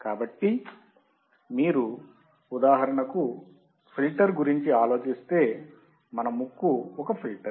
కాబట్టి మీరు ఉదాహరణ కు ఫిల్టర్ గురించి ఆలోచిస్తే మన ముక్కు ఒక ఫిల్టర్